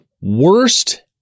worst